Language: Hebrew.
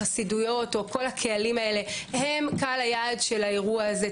החסידויות וכל הקהלים הללו הם קהל היעד של האירוע הזה.